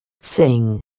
Sing